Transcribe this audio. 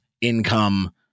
income